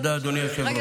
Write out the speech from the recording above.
תודה לאדוני היושב-ראש.